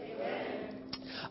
Amen